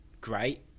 great